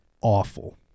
awful